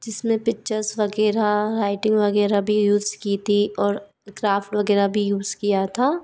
जिस में पिच्चर्स वग़ैरह राइटिंग वग़ैरह भी यूज़ की थी और क्राफ्ट वग़ैरह भी यूज़ किया था